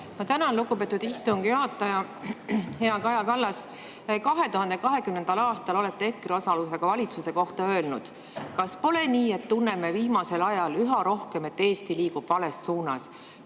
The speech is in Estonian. Ma tänan, lugupeetud istungi juhataja! Hea Kaja Kallas! 2020. aastal olete EKRE osalusega valitsuse kohta öelnud: "Kas pole nii, et tunneme viimasel ajal üha rohkem, et Eesti liigub vales suunas?